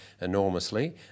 enormously